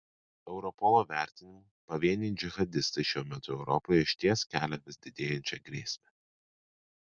europolo vertinimu pavieniai džihadistai šiuo metu europoje išties kelia vis didėjančią grėsmę